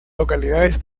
localidades